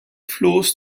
flows